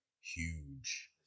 huge